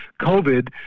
COVID